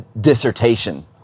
dissertation